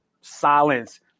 silence